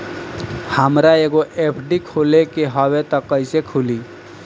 हमरा एगो एफ.डी खोले के हवे त कैसे खुली?